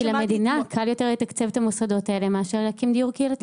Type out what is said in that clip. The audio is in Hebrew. כי למדינה קל יותר לתקצב את המוסדות האלה מאשר להקים דיור קהילתי.